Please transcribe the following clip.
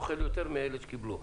בסוף הוא אוכל יותר מאלה שקיבלו.